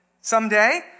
someday